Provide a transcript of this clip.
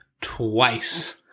twice